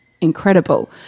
incredible